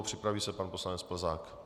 Připraví se pan poslanec Plzák.